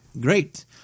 great